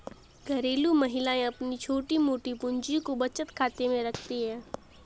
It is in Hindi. घरेलू महिलाएं अपनी छोटी मोटी पूंजी को बचत खाते में रखती है